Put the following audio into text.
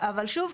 אבל שוב,